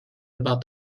about